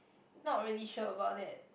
not really sure about that